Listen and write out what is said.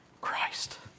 Christ